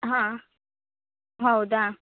ಹಾಂ ಹೌದಾ